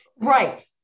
Right